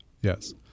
Yes